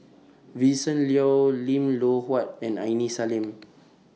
Vincent Leow Lim Loh Huat and Aini Salim